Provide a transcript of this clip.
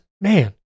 man